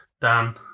Dan